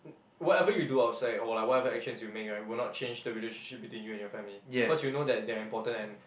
whatever you do outside or like whatever actions you make right would not change the relationship between you and your family cause you know that they're important and